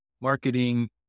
marketing